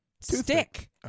stick